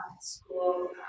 school